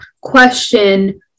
question